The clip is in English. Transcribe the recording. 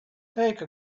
take